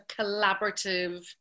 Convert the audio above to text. collaborative